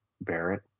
Barrett